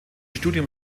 studium